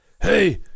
hey